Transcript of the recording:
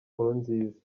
nkurunziza